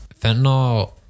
fentanyl